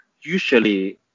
usually